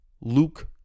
Luke